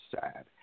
sad